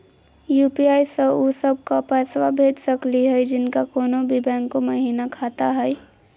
UPI स उ सब क पैसा भेज सकली हई जिनका कोनो भी बैंको महिना खाता हई?